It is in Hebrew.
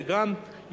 אלא יש